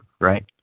right